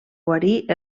guarir